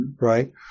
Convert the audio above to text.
right